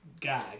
guy